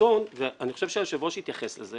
והרצון היה ואני חושב שהיושב-ראש התייחס לזה